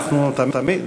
אנחנו תמיד,